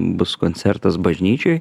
bus koncertas bažnyčioj